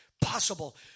possible